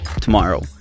tomorrow